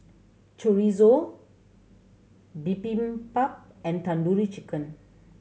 Chorizo Bibimbap and Tandoori Chicken